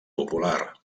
popular